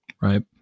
Right